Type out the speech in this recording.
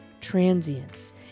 transience